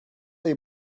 ayı